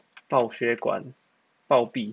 爆血管暴毙